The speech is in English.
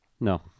No